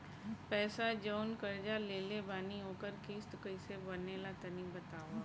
पैसा जऊन कर्जा लेले बानी ओकर किश्त कइसे बनेला तनी बताव?